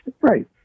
Right